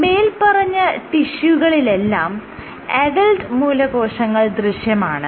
മേല്പറഞ്ഞ ടിഷ്യൂകളിലെല്ലാം അഡൽറ്റ് മൂലകോശങ്ങൾ ദൃശ്യമാണ്